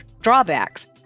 drawbacks